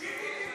ביבי,